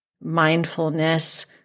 mindfulness